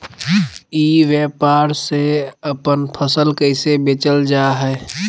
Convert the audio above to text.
ई व्यापार से अपन फसल कैसे बेचल जा हाय?